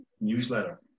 newsletter